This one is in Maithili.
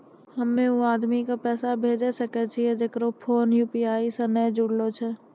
हम्मय उ आदमी के पैसा भेजै सकय छियै जेकरो फोन यु.पी.आई से नैय जूरलो छै?